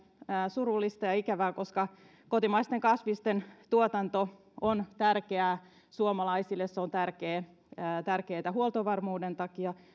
surullista ja ikävää koska kotimaisten kasvisten tuotanto on tärkeää suomalaisille se on tärkeää huoltovarmuuden takia